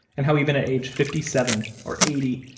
and how even at age fifty seven or eighty,